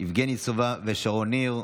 יבגני סובה ושרון ניר.